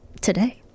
today